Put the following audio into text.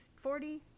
forty